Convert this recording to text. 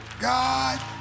God